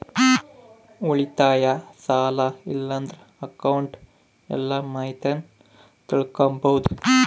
ಉಳಿತಾಯ, ಸಾಲ ಇಲ್ಲಂದ್ರ ಅಕೌಂಟ್ನ ಎಲ್ಲ ಮಾಹಿತೀನ ತಿಳಿಕಂಬಾದು